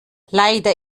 leider